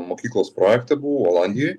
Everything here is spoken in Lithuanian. mokyklos projekte buvau olandijoj